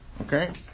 Okay